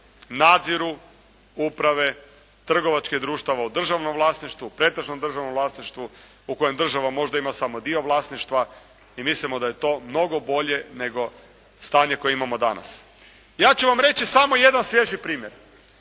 nadziru uprave trgovačkih društava u državnom vlasništvu, pretežnom državnom vlasništvu u kojem država možda ima samo dio vlasništva. I mislimo da je to mnogo bolje nego stanje koje imamo danas. Ja ću vam reći samo jedan sljedeći primjer.